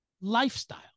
lifestyle